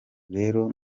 rero